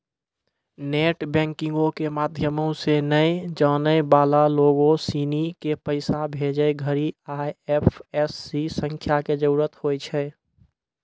net बैंकिंगो के माध्यमो से नै जानै बाला लोगो सिनी के पैसा भेजै घड़ि आई.एफ.एस.सी संख्या के जरूरत होय छै